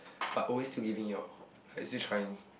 but always still give me your like still trying